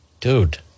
Dude